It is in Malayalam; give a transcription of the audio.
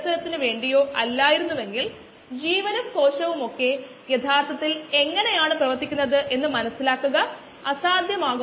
അതിനാൽ മാസിന്റെ അടിസ്ഥാനത്തിലുള്ള വളർച്ചാ നിരക്കായ rg ഇവിടെ dm dt ന് തുല്യമാണ്